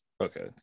Okay